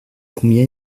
combien